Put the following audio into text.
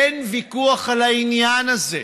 אין ויכוח על העניין הזה.